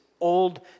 Old